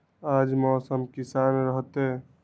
आज मौसम किसान रहतै?